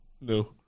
No